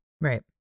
Right